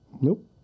Nope